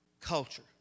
culture